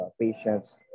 Patients